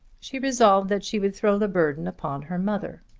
she resolved that she would throw the burden upon her mother.